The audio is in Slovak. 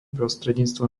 prostredníctvom